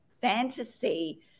fantasy